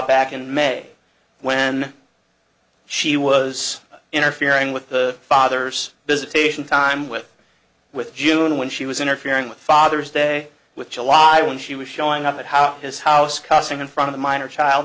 back in may when she was interfering with the father's visitation time with with june when she was interfering with father's day with july when she was showing up at how his house cussing in front of a minor child